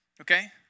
Okay